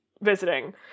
visiting